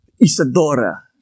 Isadora